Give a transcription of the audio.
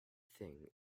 thing